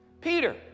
Peter